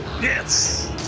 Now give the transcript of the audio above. Yes